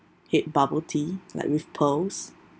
hate bubble tea like with pearls